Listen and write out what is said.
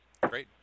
great